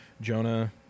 Jonah